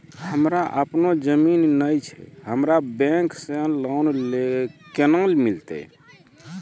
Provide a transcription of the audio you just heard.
हमरा आपनौ जमीन नैय छै हमरा बैंक से लोन केना मिलतै?